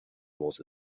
was